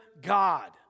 God